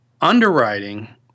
underwriting